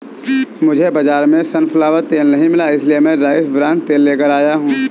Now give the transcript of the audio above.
मुझे बाजार में सनफ्लावर तेल नहीं मिला इसलिए मैं राइस ब्रान तेल लेकर आया हूं